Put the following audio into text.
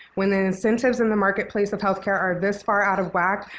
when the incentives in the marketplace of healthcare are this far out of whack,